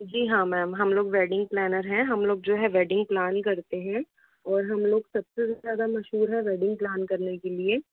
जी हाँ मैम हम लोग वेडिंग प्लानर हैं हम लोग जो है वेडिंग प्लान करते हैं और हम लोग सबसे ज़्यादा मशहूर हैं वेडिंग प्लान करने के लिए